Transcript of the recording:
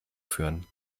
führen